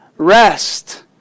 Rest